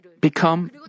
become